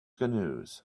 canoes